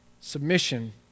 Submission